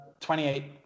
28